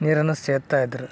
ನೀರನ್ನು ಸೇದ್ತಾ ಇದ್ದರು